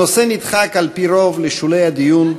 הנושא נדחק על-פי רוב לשולי הדיון,